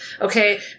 Okay